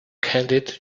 candied